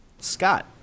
Scott